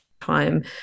time